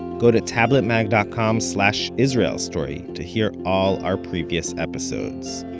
go to tabletmag dot com slash israel story to hear all our previous episodes.